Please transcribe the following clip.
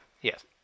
Yes